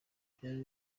byari